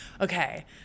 okay